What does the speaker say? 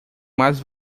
mais